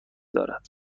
دارد